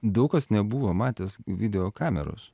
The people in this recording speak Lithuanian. daug kas nebuvo matęs video kameros